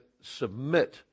submit